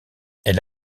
elle